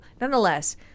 nonetheless